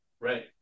right